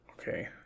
okay